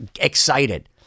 excited